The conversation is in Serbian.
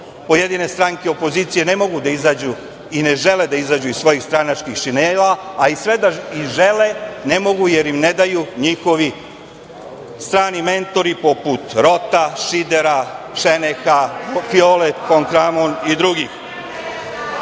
pojedine stranke opozicije ne mogu da izađu i ne žele da izađu iz svojih stranačkih šinjela, a sve i da žele ne mogu, jer im ne daju njihovi strani mentori, poput Rota, Šidera, Šeneha, Fiole fon Kramon i drugih. Potpuno